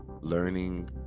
learning